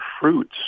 fruits